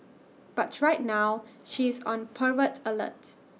but right now she is on pervert alert